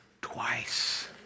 twice